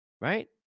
Right